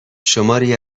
شماری